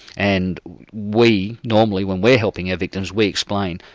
and we, normally when we're helping our victims, we explain,